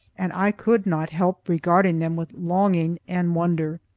and i could not help regarding them with longing and wonder.